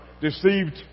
deceived